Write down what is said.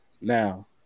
Now